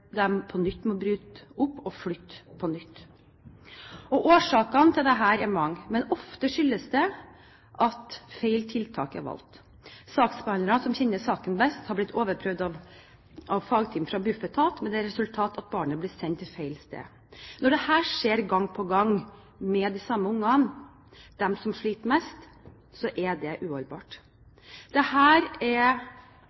må bryte opp og flytte på nytt. Årsakene til dette er mange, men ofte skyldes det at feil tiltak er valgt. Saksbehandleren som kjenner saken best, har blitt overprøvd av fagteam fra Bufetat med det resultat at barnet blir sendt til feil sted. Når dette skjer gang på gang med de samme barna, de som sliter mest, er det uholdbart.